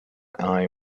eye